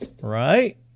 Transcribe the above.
Right